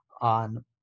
on